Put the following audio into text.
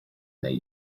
they